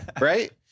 right